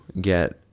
get